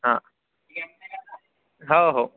हां हो हो